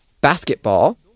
basketball